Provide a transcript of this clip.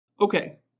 Okay